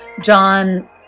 John